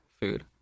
food